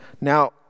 Now